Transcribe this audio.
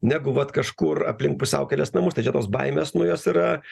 negu vat kažkur aplink pusiaukelės namus tai čia tos baimės nu jos yra